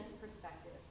perspective